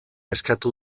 eskatu